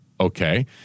Okay